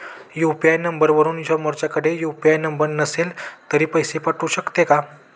UPI नंबरवरून समोरच्याकडे UPI number नसेल तरी पैसे पाठवू शकते का?